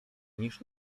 niż